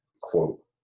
quote